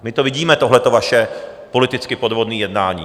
My to vidíme, tohleto vaše politicky podvodné jednání.